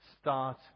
start